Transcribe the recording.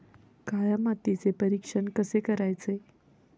काळ्या मातीचे परीक्षण कसे करायचे?